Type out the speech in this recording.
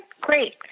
great